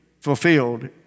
fulfilled